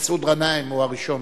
מסעוד גנאים הוא הראשון.